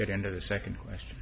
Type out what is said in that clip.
get into the second question